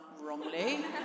wrongly